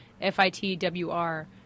F-I-T-W-R